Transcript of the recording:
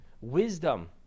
wisdom